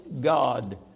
God